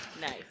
nice